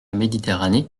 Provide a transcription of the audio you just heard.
méditerranée